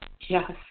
Yes